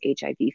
HIV